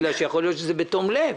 כי יכול להיות שזה היה בתום לב.